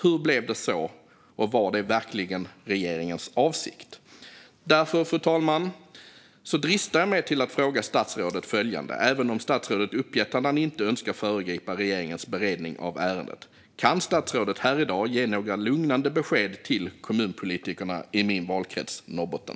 Hur blev det så, och var det verkligen regeringens avsikt? Därför, fru talman, dristar jag mig till att fråga statsrådet följande, även om statsrådet uppgett att han inte önskar föregripa regeringens beredning av ärendet: Kan statsrådet här i dag ge några lugnande besked till kommunpolitikerna i min valkrets, Norrbotten?